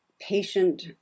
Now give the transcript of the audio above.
patient